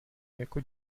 jako